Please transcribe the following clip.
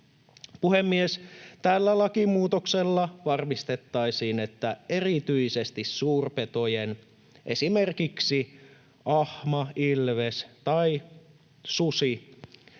Puhemies! Tällä lakimuutoksella varmistettaisiin, että erityisesti suurpetojen, esimerkiksi ahman, ilveksen tai suden,